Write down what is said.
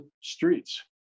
streets